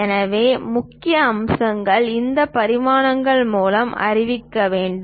எனவே முக்கிய அம்சங்களை இந்த பரிமாணங்கள் மூலம் தெரிவிக்க வேண்டும்